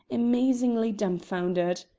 amazingly dumfoundered.